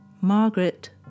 Margaret